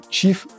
Chief